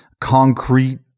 concrete